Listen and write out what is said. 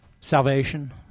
salvation